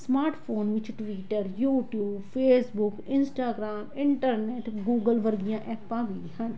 smartphone ਵਿੱਚ Twitter YouTube Facebook Instagram internet Google ਵਰਗੀਆਂ ਐਪਾਂ ਵੀ ਹਨ